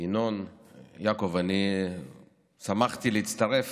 ינון, יעקב, אני שמחתי להצטרף